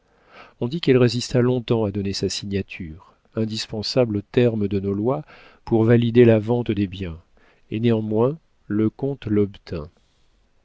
on dit qu'elle résista long-temps à donner sa signature indispensable aux termes de nos lois pour valider la vente des biens et néanmoins le comte l'obtint